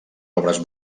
obres